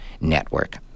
network